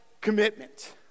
commitment